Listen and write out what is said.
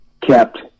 kept